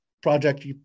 Project